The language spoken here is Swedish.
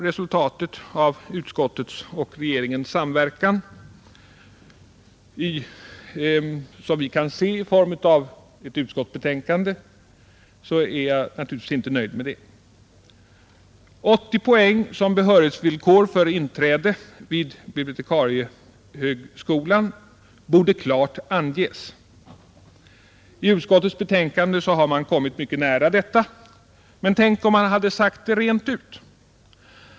Resultatet av utskottets och regeringens samverkan, som vi kan se i form av ett utskottsbetänkande, är jag naturligtvis inte nöjd med. 80 poäng som behörighetsvillkor för inträde vid bibliotekshögskolan borde klart anges, I utskottets betänkande har man kommit mycket nära detta, men tänk om man hade sagt det rent ut.